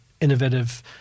innovative